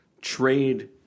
trade